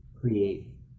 create